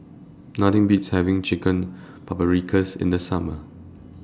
Nothing Beats having Chicken Paprikas in The Summer